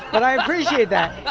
but i appreciate that. but